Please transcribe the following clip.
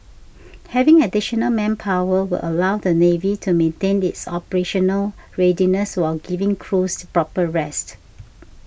having additional manpower will allow the navy to maintain its operational readiness while giving crews proper rest